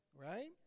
right